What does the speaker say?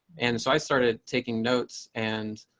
and so i started taking notes and